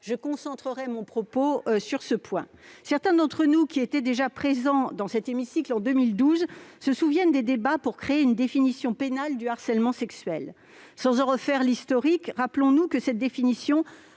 Je centrerai mon propos sur ce second point. Certains d'entre nous, qui siégeaient déjà dans cet hémicycle en 2012, se souviennent des débats menés pour élaborer une définition pénale du harcèlement sexuel. Sans en retracer l'historique, rappelons que cette définition